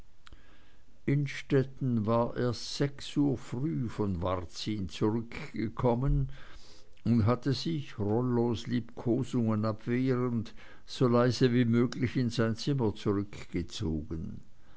innstetten war erst sechs uhr früh von varzin zurückgekommen und hatte sich rollos liebkosungen abwehrend so leise wie möglich in sein zimmer zurückgezogen